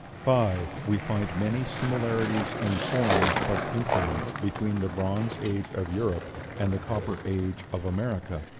five. we find many similarities in forms of implements between the bronze age of europe and the copper age of america.